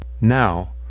now